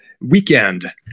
weekend